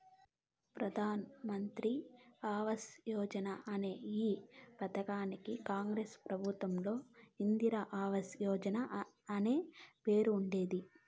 ప్రధాన్ మంత్రి ఆవాస్ యోజన అనే ఈ పథకానికి కాంగ్రెస్ ప్రభుత్వంలో ఇందిరా ఆవాస్ యోజన అనే పేరుండేది